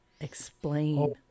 Explain